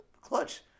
clutch